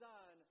Son